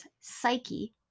psyche